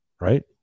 right